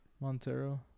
Montero